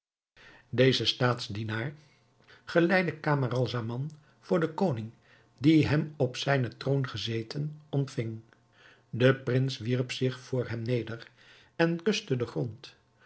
deze staatsdienaar geleidde camaralzaman voor den koning die hem op zijn troon gezeten ontving de prins wierp zich voor hem neder en kuste den grond